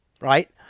right